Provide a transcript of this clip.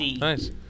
nice